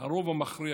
"הרוב המכריע,